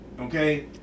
Okay